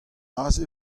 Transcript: aze